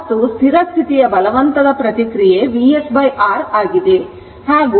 ಮತ್ತು ಸ್ಥಿರ ಸ್ಥಿತಿಯ ಬಲವಂತದ ಪ್ರತಿಕ್ರಿಯೆ Vs R ಆಗಿದೆ